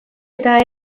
eta